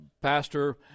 pastor